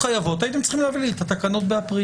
הייתם צריכים להביא לי את התקנות באפריל.